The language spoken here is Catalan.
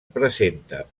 presenta